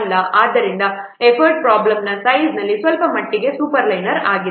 ಆದ್ದರಿಂದ ಎಫರ್ಟ್ ಪ್ರಾಬ್ಲಮ್ನ ಸೈಜ್ನಲ್ಲಿ ಸ್ವಲ್ಪಮಟ್ಟಿಗೆ ಸೂಪರ್ಲೈನರ್ ಆಗಿದೆ